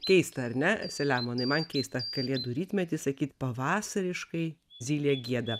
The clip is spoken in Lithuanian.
keista ar ne selemonai man keista kalėdų rytmetį sakyt pavasariškai zylė gieda